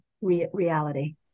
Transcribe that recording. reality